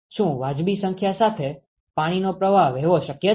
શું વાજબી સંખ્યા સાથે પાણીનો પ્રવાહ વહેવો શક્ય છે